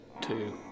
two